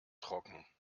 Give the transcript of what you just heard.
trocken